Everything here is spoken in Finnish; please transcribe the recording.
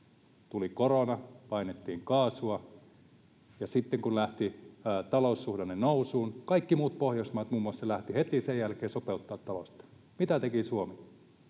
tuli korona, painettiin kaasua, ja sitten kun lähti taloussuhdanne nousuun, kaikki muut Pohjoismaat muun muassa lähtivät heti sen jälkeen sopeuttamaan talouttaan. Mitä teki Suomi?